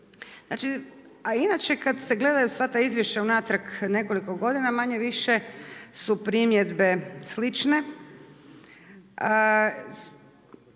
stranaka. A inače kad se gledaju sva ta izvješća unatrag nekoliko godina manje-više su primjedbe slične.